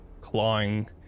clawing